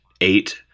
Eight